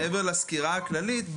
מעבר לסקירה הכללית,